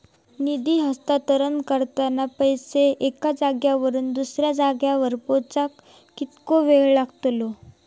निधी हस्तांतरण करताना पैसे एक्या जाग्यावरून दुसऱ्या जाग्यार पोचाक कितको वेळ लागतलो?